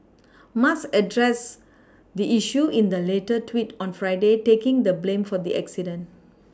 Musk addressed the issue in the later tweet on Friday taking the blame for the accident